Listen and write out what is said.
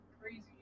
Crazy